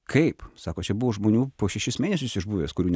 kaip sako čia buvo žmonių po šešis mėnesius išbuvęs kurių